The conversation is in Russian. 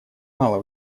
мало